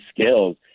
skills